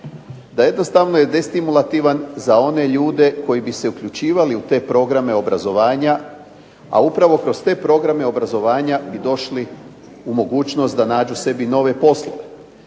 da jednostavno je destimulativan za one ljude koji bi se uključivali u te programe obrazovanje, a upravo kroz te programe obrazovanja bi došli u mogućnost da nađu sebi nove poslove,